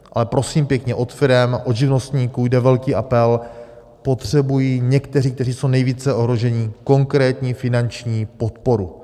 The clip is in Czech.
Ale prosím pěkně, od firem, od živnostníků jde velký apel: potřebují někteří, kteří jsou nejvíce ohroženi, konkrétní finanční podporu.